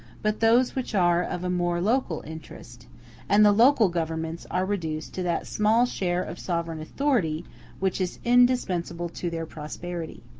but those which are of a more local interest and the local governments are reduced to that small share of sovereign authority which is indispensable to their prosperity.